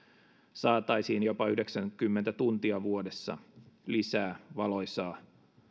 saataisiin jopa yhdeksänkymmentä tuntia vuodessa lisää valoisaa